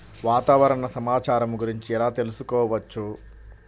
వాతావరణ సమాచారము గురించి ఎలా తెలుకుసుకోవచ్చు?